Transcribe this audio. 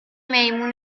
میمون